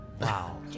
Wow